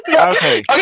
Okay